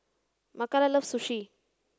Makala love Sushi